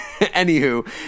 Anywho